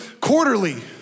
quarterly